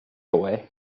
away